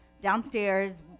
downstairs